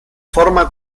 forma